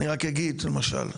אני רק אגיד, למשל,